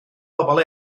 pobl